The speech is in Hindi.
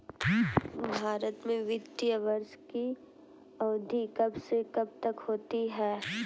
भारत में वित्तीय वर्ष की अवधि कब से कब तक होती है?